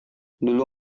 dulu